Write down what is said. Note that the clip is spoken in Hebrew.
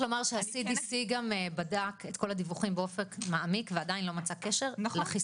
ה-CDC בדק את כל הדיווחים באופן מעמיק ועדיין לא מצא קשר לחיסון.